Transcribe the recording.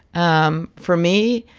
um for me,